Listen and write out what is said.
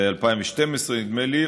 ב-2012 נדמה לי,